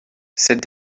cette